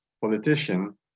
politician